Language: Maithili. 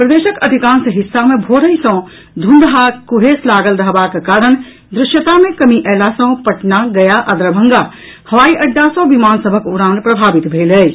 प्रदेशक अधिकांश हिस्सा मे भोरहि सँ धुंध आ कुहेस लागल रहबाक कारण दृश्यता मे कमी अयला सँ पटना गया आ दरभंगा हवाई अड्डा सँ विमान सभक उड़ान प्रभावित भेल अछि